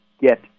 get